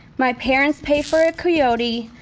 my parents paid for a coyote.